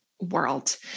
World